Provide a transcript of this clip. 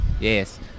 yes